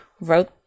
wrote